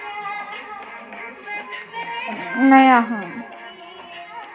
एक एकड़ भूमि के लिए मुझे कितना ऋण मिल सकता है?